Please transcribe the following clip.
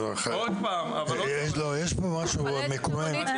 אבל עוד פעם --- יש פה משהו מקומם.